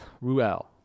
Ruel